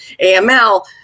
AML